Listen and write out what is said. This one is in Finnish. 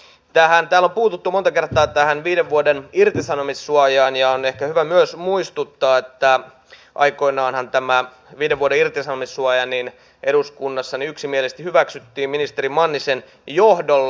täällä on puututtu monta kertaa viiden vuoden irtisanomissuojaan ja on ehkä myös hyvä muistuttaa että aikoinaanhan tämä viiden vuoden irtisanomissuoja eduskunnassa yksimielisesti hyväksyttiin ministeri mannisen johdolla